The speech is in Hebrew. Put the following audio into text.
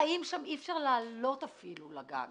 אי אפשר אפילו לעלות לגג